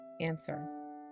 Answer